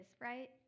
right